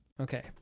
Okay